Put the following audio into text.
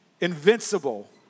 invincible